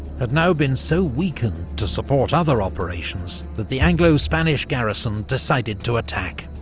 had now been so weakened to support other operations, that the anglo-spanish garrison decided to attack.